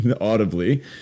audibly